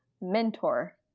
mentor